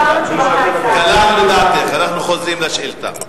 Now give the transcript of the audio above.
קלענו לדעתך, אנחנו חוזרים לשאילתא.